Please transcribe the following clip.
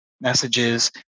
messages